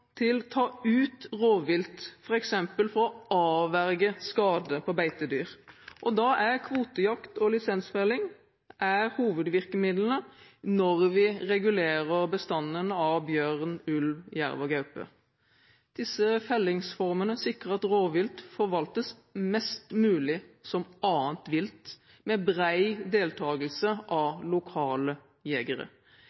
til ta ut rovvilt, f.eks. for å avverge skade på beitedyr. Kvotejakt og lisensfelling er hovedvirkemidlene når vi regulerer bestanden av bjørn, ulv, jerv og gaupe. Disse fellingsformene sikrer at rovvilt forvaltes mest mulig som annet vilt, med bred deltakelse av